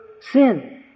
sin